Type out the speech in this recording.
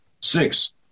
six